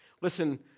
Listen